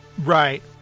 Right